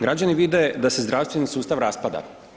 Građani vide da se zdravstveni sustav raspada.